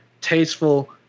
tasteful